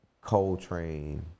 Coltrane